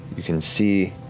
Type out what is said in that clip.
you can see,